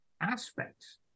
aspects